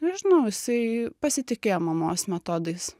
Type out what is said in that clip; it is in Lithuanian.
nežinau jisai pasitikėjo mamos metodais